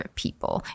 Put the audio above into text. people